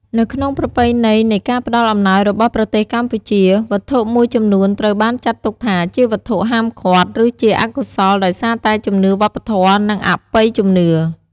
នៅក្នុងប្រពៃណីនៃការផ្តល់អំណោយរបស់ប្រទេសកម្ពុជា វត្ថុមួយចំនួនត្រូវបានចាត់ទុកថាជាវត្ថុហាមឃាត់ ឬជាអកុសលដោយសារតែជំនឿវប្បធម៌ និងអបិយជំនឿ។